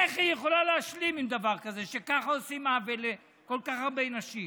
איך היא יכולה להשלים עם דבר כזה שככה עושים עוול לכל כך הרבה נשים?